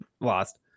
lost